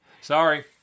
Sorry